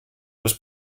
was